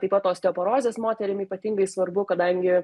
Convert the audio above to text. taip pat osteoporozės moterim ypatingai svarbu kadangi